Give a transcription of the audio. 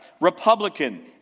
Republican